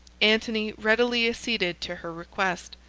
antony readily acceded to her request.